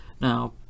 Now